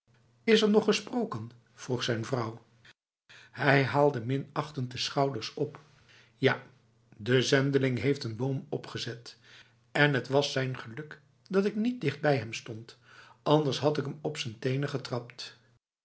is er nog gesproken vroeg zijn vrouw hij haalde minachtend de schouders op ja de zendeling heeft een boom opgezet en het was zijn geluk dat ik niet dichtbij hem stond anders had ik hem op z'n tenen getrapt